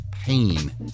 pain